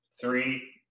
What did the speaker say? three